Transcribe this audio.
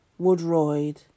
Woodroyd